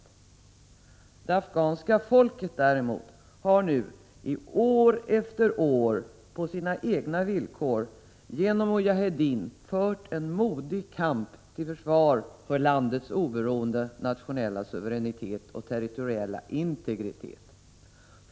Det afghanska folket däremot har nu år efter år genom mujaheddin på sina egna villkor fört sin modiga kamp till försvar för sitt lands oberoende, nationella suveränitet och territoriella integritet.